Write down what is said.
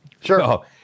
Sure